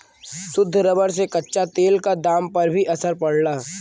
शुद्ध रबर से कच्चा तेल क दाम पर भी असर पड़ला